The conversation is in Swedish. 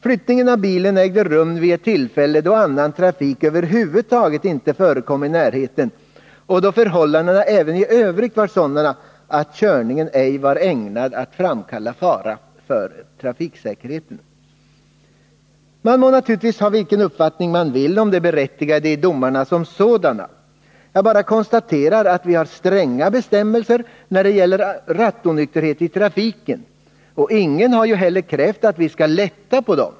Flyttningen av bilen ägde rum vid ett tillfälle, då annan trafik över huvud taget inte förekom i närheten och då förhållandena även i övrigt var sådana att körningen ej var ägnad att framkalla fara för trafiksäkerheten. Man må naturligtvis ha vilken uppfattning man vill om det berättigade i domarna som sådana. Jag bara konstaterar att vi har stränga bestämmelser när det gäller rattonykterhet i trafiken, och ingen har heller krävt att vi skall lätta på dessa.